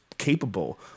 capable